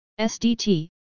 SDT